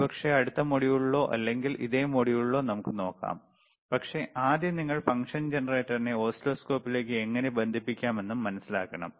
ഒരുപക്ഷേ അടുത്ത മൊഡ്യൂളിലോ അല്ലെങ്കിൽ ഇതേ മൊഡ്യൂളിലോ നമുക്ക് നോക്കാം പക്ഷേ ആദ്യം നിങ്ങൾ ഫംഗ്ഷൻ ജനറേറ്ററിനെ ഓസിലോസ്കോപ്പിലേക്ക് എങ്ങനെ ബന്ധിപ്പിക്കാമെന്ന് മനസ്സിലാക്കണം